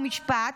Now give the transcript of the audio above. חוק ומשפט,